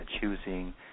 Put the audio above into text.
choosing